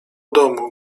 domu